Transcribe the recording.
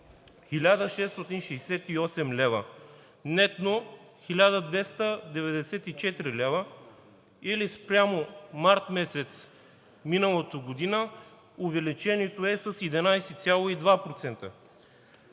1668 лв., нетно – 1294 лв., или спрямо март месец миналата година увеличението е с 11,2%.